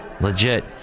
legit